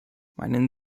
meinen